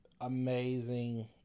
amazing